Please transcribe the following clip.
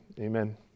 amen